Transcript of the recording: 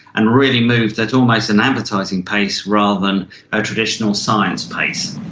and really moved at almost an advertising pace rather than a traditional science pace.